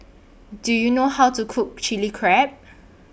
Do YOU know How to Cook Chilli Crab